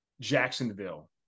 Jacksonville